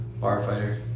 firefighter